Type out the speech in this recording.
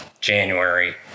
January